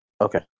Okay